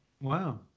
wow